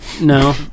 No